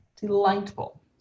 delightful